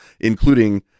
including